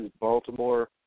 Baltimore